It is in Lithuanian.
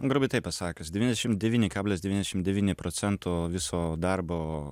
grubiai taip pasakius devyniasdešim devyni kablis devyniasdešim devyni procento viso darbo